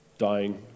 dying